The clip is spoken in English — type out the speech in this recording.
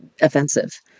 offensive